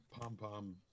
pom-pom